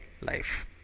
life